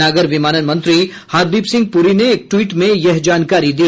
नागर विमानन मंत्री हरदीप सिंह पुरी ने एक ट्वीट में यह जानकारी दी